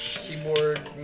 keyboard